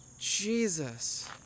Jesus